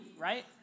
right